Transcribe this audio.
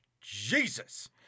Jesus